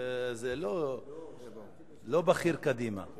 זה לא בכיר קדימה.